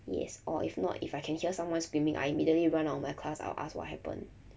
yes or if not if I can hear someone screaming I immediately run out of my class I will ask what happen